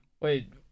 Wait